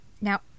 Now